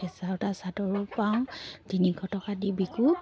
কেঁচা সূতা চাদৰো পাওঁ তিনিশ টকা দি বিকোঁ